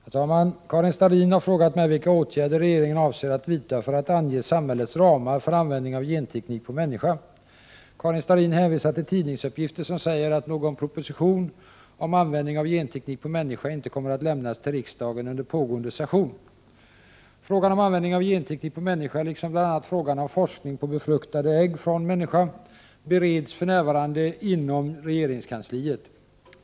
Herr talman! Karin Starrin har frågat mig vilka åtgärder regeringen avser att vidta för att ange samhällets ramar för användning av genteknik på människa. Karin Starrin hänvisar till tidningsuppgifter som säger att någon proposition om användning av genteknik på människa inte kommer att lämnas till riksdagen under pågående session. Frågan om användning av genteknik på människa liksom bl.a. frågan om forskning på befruktade ägg från människa bereds för närvarande inom regeringskansliet.